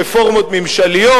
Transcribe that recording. ורפורמות ממשליות,